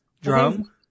Drum